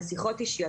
על שיחות אישיות,